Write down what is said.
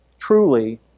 Truly